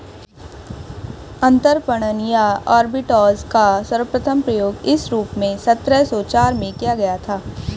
अंतरपणन या आर्बिट्राज का सर्वप्रथम प्रयोग इस रूप में सत्रह सौ चार में किया गया था